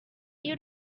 you